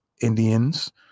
Indians